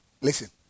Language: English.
Listen